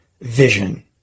vision